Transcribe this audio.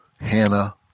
Hannah